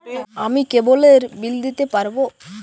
আমি কেবলের বিল দিতে পারবো?